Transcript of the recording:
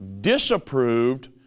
disapproved